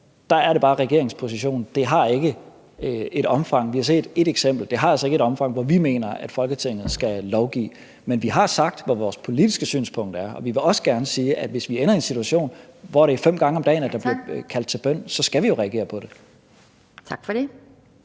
der er det bare regeringens position, at det altså ikke har et omfang – vi har set ét eksempel – hvor vi mener, at Folketinget skal lovgive. Men vi har sagt, hvad vores politiske synspunkt er, og vi vil også gerne sige, at hvis vi ender i en situation, hvor der fem gange om dagen bliver kaldt til bøn, så skal vi jo reagere på det. Kl.